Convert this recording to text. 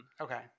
Okay